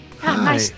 Hi